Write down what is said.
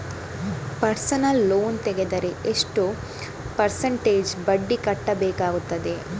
Personal loan ತೆಗೆದರೆ ಎಷ್ಟು percentage ಬಡ್ಡಿ ಕಟ್ಟಬೇಕಾಗುತ್ತದೆ?